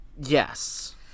Yes